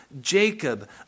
Jacob